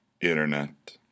Internet